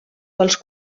pels